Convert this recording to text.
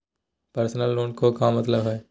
Personal loan के का मतलब हई?